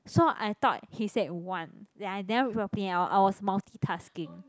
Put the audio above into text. so I thought he said one then I never read properly i wa~ I was multitasking